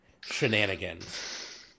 shenanigans